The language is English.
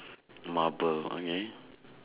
marble okay